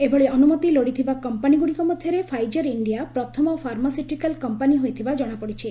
ଏଭଳି ଅନୁମତି ଲୋଡ଼ିଥିବା କମ୍ପାନୀ ଗୁଡ଼ିକ ମଧ୍ୟରେ ଫାଇଜର୍ ଇଣ୍ଡିଆ ପ୍ରଥମ ଫାର୍ମାସ୍ୟୁଟିକାଲ୍ କମ୍ପାନୀ ହୋଇଥିବା କ୍ଷଣାପଡ଼ିଛି